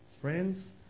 friends